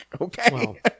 okay